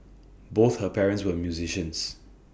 both her parents were musicians